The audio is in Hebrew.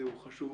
חשוב.